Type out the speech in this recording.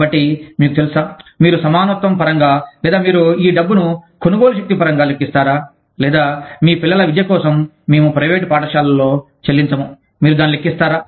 కాబట్టి మీకు తెలుసా మీరు సమానత్వం పరంగా లేదా మీరు ఈ డబ్బును కొనుగోలు శక్తి పరంగా లెక్కిస్తారా లేదా మీ పిల్లల విద్య కోసం మేము ప్రైవేట్ పాఠశాలల్లో చెల్లించము మీరు దాన్ని లెక్కిస్తారా